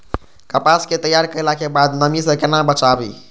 कपास के तैयार कैला कै बाद नमी से केना बचाबी?